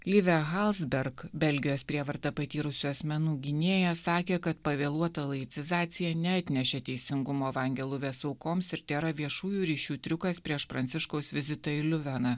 live halsberg belgijos prievartą patyrusių asmenų gynėja sakė kad pavėluota laicizacija neatnešė teisingumo vangeluves aukoms ir tėra viešųjų ryšių triukas prieš pranciškaus vizitą į liuveną